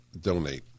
donate